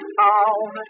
town